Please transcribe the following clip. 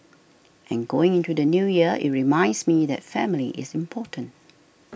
and going into the New Year it reminds me that family is important